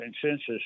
consensus